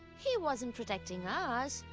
he wasn't protecting us.